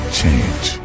change